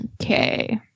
Okay